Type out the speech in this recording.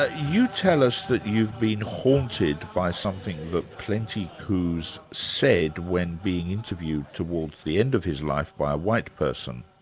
ah you tell us that you've been haunted by something the plenty coups said when being interviewed towards the end of his life by a white person.